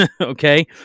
okay